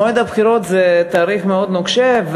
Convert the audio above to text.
מועד הבחירות זה תאריך מאוד נוקשה,